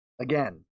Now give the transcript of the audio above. Again